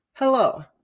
Hello